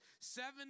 seven